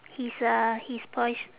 his uh his pos~